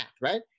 right